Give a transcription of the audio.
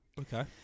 Okay